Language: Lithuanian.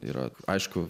yra aišku